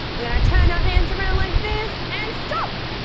we're gonna turn our hands around like this and stop.